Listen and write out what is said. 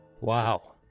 Wow